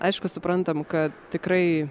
aišku suprantam kad tikrai